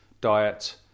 diet